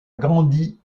grandi